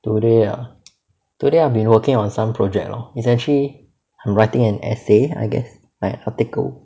today ah today I've been working on some project lor it's actually I'm writing an essay I guess like article